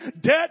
debt